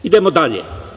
Idemo dalje.